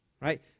Right